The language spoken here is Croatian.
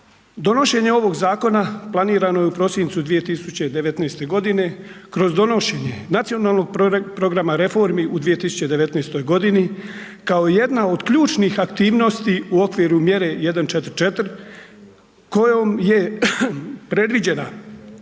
Donošenje ovog zakona predviđeno je u prosincu 2019., kroz donošenje nacionalnog programa reformi u 2019. g. kao jedna od ključnih aktivnosti u okviru mjere 144 kojom je predviđena